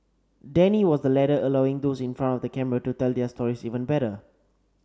Danny was the latter allowing those in front of the camera to tell their stories even better